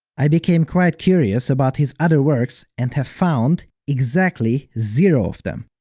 i became quite curious about his other works, and have found exactly zero of them.